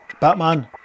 Batman